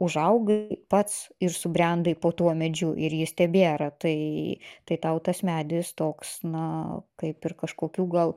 užaugai pats ir subrendai po tuo medžiu ir jis tebėra tai tai tau tas medis toks na kaip ir kažkokių gal